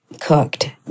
cooked